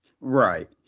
right